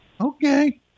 Okay